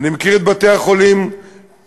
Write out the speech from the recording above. אני מכיר את בתי-החולים בנצרת,